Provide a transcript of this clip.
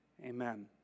Amen